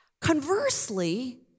Conversely